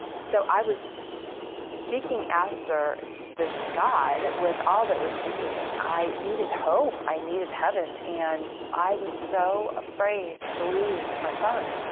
so i was seeking after this god with all that was in me. i needed hope. i needed heaven. and i was so afraid to lose my son.